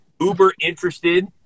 uber-interested